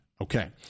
Okay